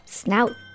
snout